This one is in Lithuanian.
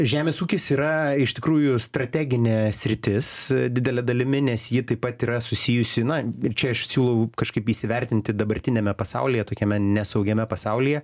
žemės ūkis yra iš tikrųjų strateginė sritis didele dalimi nes ji taip pat yra susijusi na ir čia aš siūlau kažkaip įsivertinti dabartiniame pasaulyje tokiame nesaugiame pasaulyje